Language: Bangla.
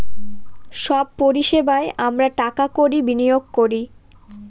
সব পরিষেবায় আমরা টাকা কড়ি বিনিয়োগ করি